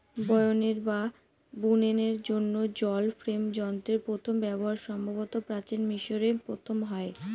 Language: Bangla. বয়নের বা বুননের জন্য জল ফ্রেম যন্ত্রের প্রথম ব্যবহার সম্ভবত প্রাচীন মিশরে প্রথম হয়